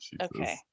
Okay